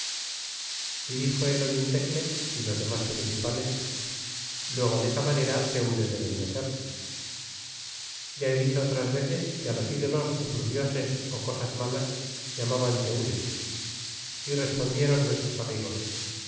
y dixo el olintecle y los demas principales luego desa manera tenles deben de ser ya he dicho otras veces que á los idolos ó sus dioses glo cosas malas llamaban tenles y respondieron nuestros amigos